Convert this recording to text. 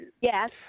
yes